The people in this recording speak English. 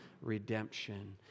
redemption